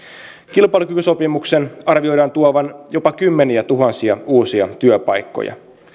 kilpailukykysopimuksen arvioidaan tuovan jopa kymmeniätuhansia uusia työpaikkoja